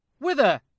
Whither